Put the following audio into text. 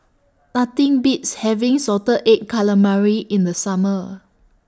Nothing Beats having Salted Egg Calamari in The Summer